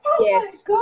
Yes